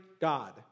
God